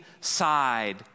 side